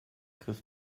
griff